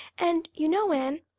and you know, anne,